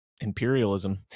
imperialism